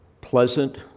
pleasant